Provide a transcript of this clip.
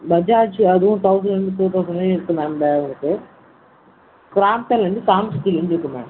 பஜாஜ் அதுவும் thousand two தொளசண்ட்லேந்து இருக்கு மேம் ப உங்களுக்கு க்ராம்ப்டன் வந்து செவன் ஃபிஃப்டிலேந்து இருக்கு மேம்